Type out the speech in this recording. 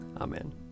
Amen